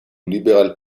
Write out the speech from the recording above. liberal